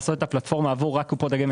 לעשות את הפלטפורמה רק עבור קופות הגמל